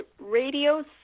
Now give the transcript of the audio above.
radio